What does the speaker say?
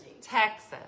Texas